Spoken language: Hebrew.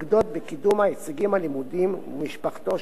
בקידום ההישגים הלימודיים ומשפחתו של התלמיד,